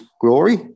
glory